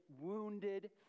wounded